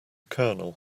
colonel